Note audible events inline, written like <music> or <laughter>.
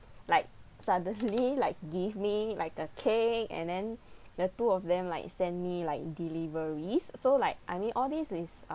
like suddenly like give me like a cake and then <breath> the two of them like send me like deliveries so like I mean all this is